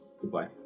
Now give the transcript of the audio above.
Goodbye